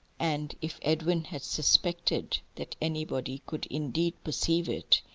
and if edwin had suspected that anybody could indeed perceive it,